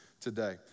today